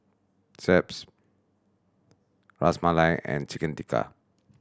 Ras Malai and Chicken Tikka